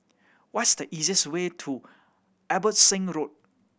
what's the easiest way to Abbotsingh Road